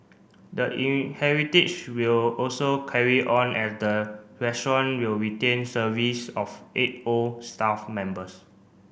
the in heritage will also carry on as the restaurant will retain service of eight old staff members